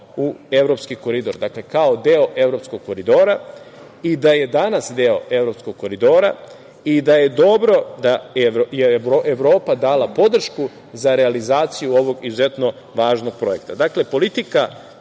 u Evropski koridor, dakle kao deo Evropskog koridora i da je danas deo Evropskog koridora i da je dobro da je Evropa dala podršku za realizaciju ovog izuzetno važnog projekta. Dakle, politika